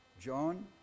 John